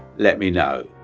let me know